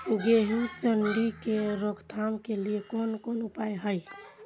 गेहूँ सुंडी के रोकथाम के लिये कोन कोन उपाय हय?